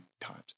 times